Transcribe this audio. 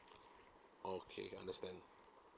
okay understand